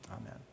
Amen